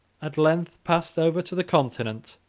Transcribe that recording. at length, passed over to the continent,